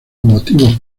motivos